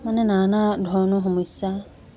মানে নানা ধৰণৰ সমস্যা